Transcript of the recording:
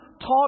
taught